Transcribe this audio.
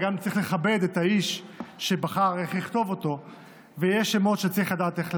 אבל גם צריך לכבד את האיש שבחר איך לכתוב את שמו,